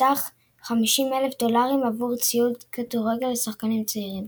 בסך 50,000 דולרים עבור ציוד כדורגל לשחקנים צעירים.